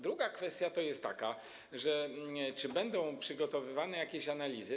Druga kwestia jest taka: Czy będą przygotowywane jakieś analizy?